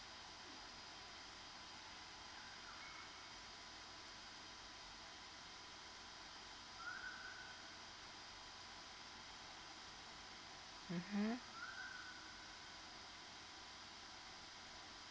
mmhmm